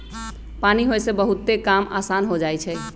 पानी होय से बहुते काम असान हो जाई छई